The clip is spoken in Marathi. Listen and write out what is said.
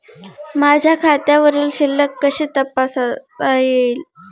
माझ्या खात्यावरील शिल्लक कशी तपासता येईल?